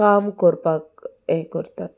काम करपाक हें करतात